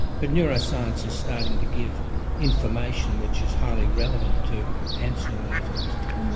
but neuroscience is starting to give information which is highly relevant to answering those questions.